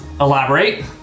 elaborate